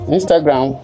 Instagram